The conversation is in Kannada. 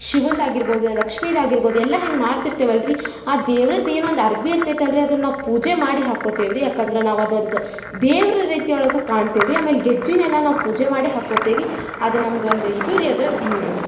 ಶಿವಂದು ಆಗಿರ್ಬೋದು ಲಕ್ಷ್ಮೀದು ಆಗಿರ್ಬೋದು ಎಲ್ಲ ಹಿಂಗೆ ಮಾಡ್ತಿರ್ತೇವಲ್ಲ ರಿ ಆ ದೇವ್ರದು ಏನೋ ಒಂದು ಅರ್ವಿ ಇರ್ತೈತಲ್ಲ ರಿ ಅದನ್ನು ನಾವು ಪೂಜೆ ಮಾಡಿ ಹಾಕ್ಕೊತೇವೆ ರಿ ಯಾಕಂದ್ರೆ ನಾವು ಅದೊಂದು ದೇವ್ರ ರೀತಿ ಒಳಗೆ ಕಾಣ್ತೇವೆ ರಿ ಆಮೇಲೆ ಗೆಜ್ಜೆನೆಲ್ಲ ನಾವು ಪೂಜೆ ಮಾಡಿ ಹಾಕ್ಕೊತೇವೆ ಅದು ನಮ್ದು ಒಂದು ಇದು ರೀ ಅದು